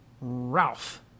Ralph